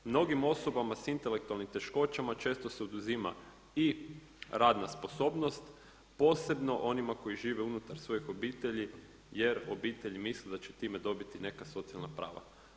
Mnogim osobama sa intelektualnim teškoćama često se oduzima i radna sposobnost posebno onima koji žive unutar svojih obitelji jer obitelji misle da će time dobiti neka socijalna prava.